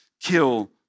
kill